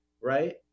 right